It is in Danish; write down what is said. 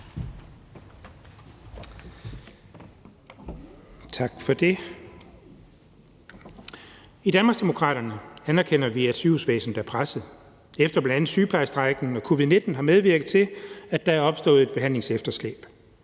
I Danmarksdemokraterne anerkender vi, at sygehusvæsenet er presset, efter at bl.a. sygeplejestrejken og covid-19 har medvirket til, at der er opstået et behandlingsefterslæb.